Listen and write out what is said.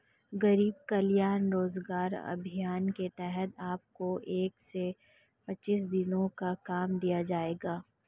गरीब कल्याण रोजगार अभियान के तहत आपको एक सौ पच्चीस दिनों का काम दिया जाएगा